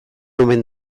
omen